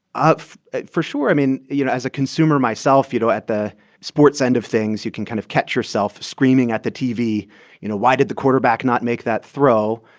for sure. i mean, you know, as a consumer myself, you know, at the sports end of things, you can kind of catch yourself screaming at the tv you know, why did the quarterback not make that throw?